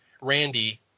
Randy